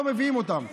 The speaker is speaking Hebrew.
לא מביאים אותם.